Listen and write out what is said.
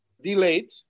delayed